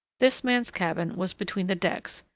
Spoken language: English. this man's cabin was between the decks,